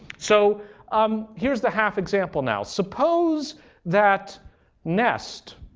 so um here's the half example now. suppose that nest